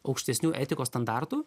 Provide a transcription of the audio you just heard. aukštesnių etikos standartų